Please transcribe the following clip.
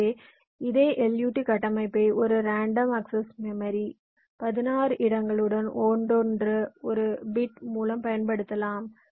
எனவே இதே LUT கட்டமைப்பை ஒரு ரேண்டம் அக்சஸ் மெமரிஆக 16 இடங்களுடன் ஒவ்வொன்றும் ஒரு பிட் மூலம் பயன்படுத்தலாம்